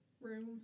room